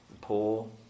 poor